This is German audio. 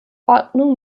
ordnung